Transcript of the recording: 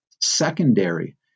secondary